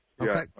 Okay